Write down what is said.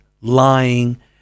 lying